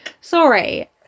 Sorry